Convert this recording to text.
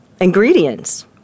ingredients